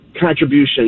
contribution